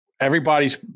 everybody's